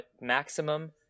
maximum